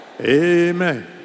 Amen